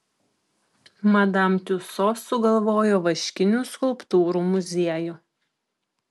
madam tiuso sugalvojo vaškinių skulptūrų muziejų